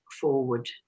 forward